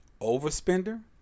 overspender